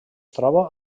troba